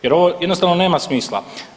Jer ovo jednostavno nema smisla.